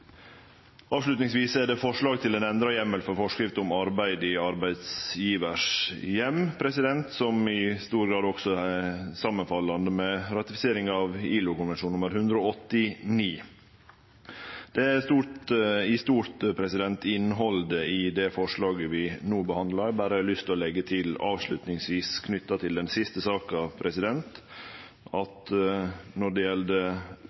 er òg forslag til ein endra heimel til forskrift om arbeid i arbeidsgjevars heim, som i stor grad også er samanfallande med ratifiseringa av ILO-konvensjon nr. 189. Dette er i stort innhaldet i det forslaget vi no behandlar. Eg har berre lyst til å leggje til avslutningsvis knytt til den siste saka at når det gjeld